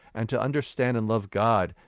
and to understand and love god,